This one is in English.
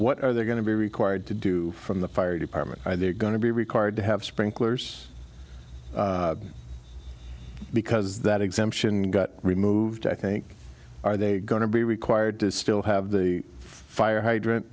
what are they going to be required to do from the fire department they're going to be required to have sprinklers because that exemption got removed i think are they going to be required to still have the fire hydrant